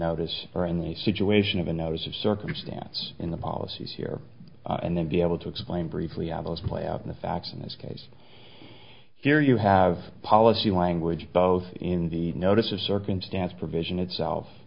notice or in the situation of a notice of circumstance in the policies here and then be able to explain briefly how those play out in the facts in this case here you have a policy language both in the notice of circumstance provision itself